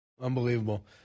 unbelievable